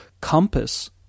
compass